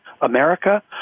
America